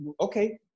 Okay